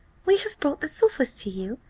we have brought the sulphurs to you,